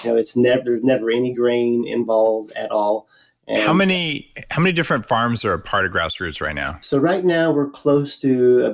you know never never any grain involved at all how many how many different farms are a part of grass roots right now? so right now we're close to,